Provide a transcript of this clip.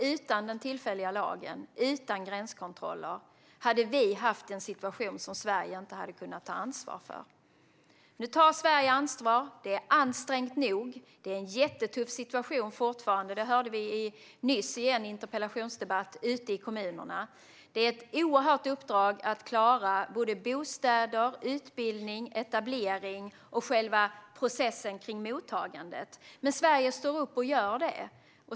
Utan den tillfälliga lagen och utan gränskontroller hade vi haft en situation som Sverige inte hade kunnat ta ansvar för, vill jag påstå. Nu tar Sverige ansvar. Det är ansträngt nog. Det är fortfarande en jättetuff situation ute i kommunerna, vilket vi hörde nyss i en interpellationsdebatt. Det är ett oerhört uppdrag att klara bostäder, utbildning, etablering och själva processen kring mottagandet. Men Sverige står upp och gör det.